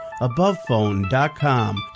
AbovePhone.com